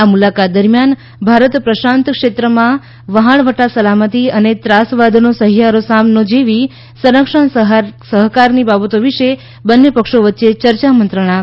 આ મુલાકાત દરમિયાન ભારત પ્રશાંત ક્ષત્રમાં વફાણવટા સલામતી અને ત્રાસવાદનો સહિયારો સામનો જેવી સંરક્ષણ સહકારની બાબતો વિશે બંન્ને પક્ષો વચ્ચે ચર્ચા મંત્રણા થશે